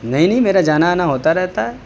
نہیں نہیں میرا جانا آنا ہوتا رہتا ہے